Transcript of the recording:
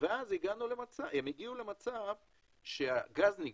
אז הגיעו למצב שהגז נגמר,